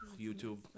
YouTube